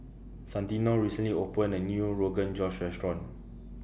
Santino recently opened A New Rogan Josh Restaurant